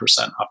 up